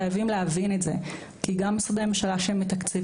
חייבים להבין את זה כי גם משרדי ממשלה שמתקצבים,